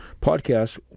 podcast